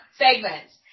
segments